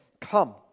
come